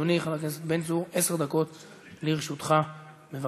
אדוני חבר הכנסת בן צור, עשר דקות לרשותך, בבקשה.